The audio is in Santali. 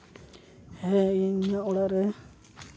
ᱦᱮᱸ ᱤᱧᱟᱹᱜ ᱚᱲᱟᱜ ᱨᱮ